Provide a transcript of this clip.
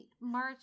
march